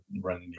run